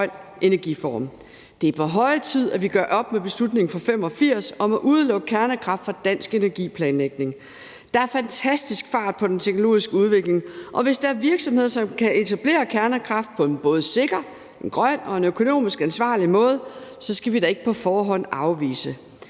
Det er på høje tid, at vi gør op med beslutningen fra 1985 om at udelukke kernekraft fra dansk energiplanlægning. Der er fantastisk fart på den teknologiske udvikling, og hvis der er virksomheder, som kan etablere kernekraft på en både sikker, grøn og økonomisk ansvarlig måde, så skal vi da ikke på forhånd afvise